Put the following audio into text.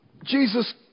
Jesus